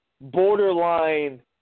borderline